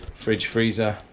fridge freezer,